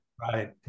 Right